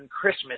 Christmas